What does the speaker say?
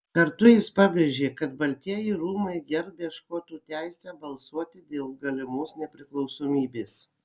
kartu jis pabrėžė kad baltieji rūmai gerbia škotų teisę balsuoti dėl galimos nepriklausomybės